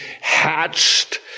hatched